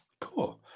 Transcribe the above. Cool